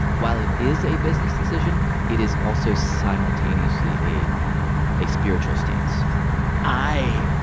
while it is a business decision, it is also simultaneously a a spiritual stance i,